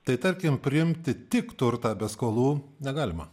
tai tarkim priimti tik turtą be skolų negalima